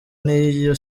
n’iyo